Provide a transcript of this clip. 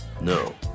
No